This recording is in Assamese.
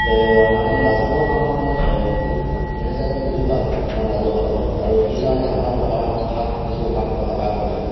তে মানে ৰাজহুৱা কামত মানে মেনেজাৰজন খুবেই ভাল মানে ৰাজহুৱা কামত আৰু সেইকাৰণে আমাৰ সহায়ৰ হাত কিছু হাত ব আগবঢ়ায়